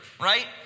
Right